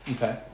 Okay